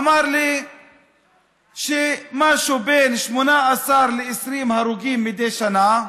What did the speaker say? הוא אמר לי שזה משהו בין 18 ל-20 הרוגים מדי שנה.